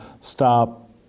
stop